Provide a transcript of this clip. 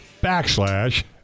backslash